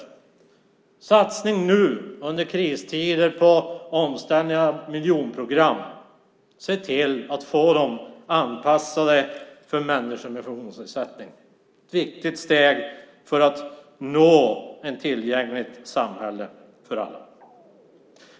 En satsning nu under kristider på omställning av miljonprogram, för att se till att få dem anpassade för människor med funktionsnedsättning, är ett viktigt steg för att nå ett tillgängligt samhälle för alla.